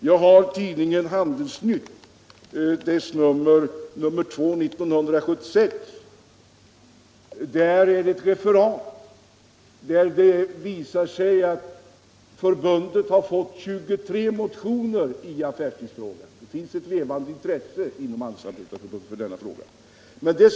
Jag har här tidningen Handels-Nytt, nr 2, 1976. Enligt den har Handelsanställdas förbund fått in 23 motioner i affärstidsfrågan. Det finns alltså ett levande intresse för någon form av reglering av affärstiderna inom förbundet.